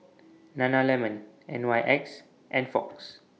Nana Lemon N Y X and Fox